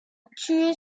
tuer